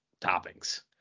toppings